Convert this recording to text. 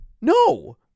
No